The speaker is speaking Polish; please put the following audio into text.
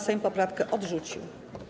Sejm poprawkę odrzucił.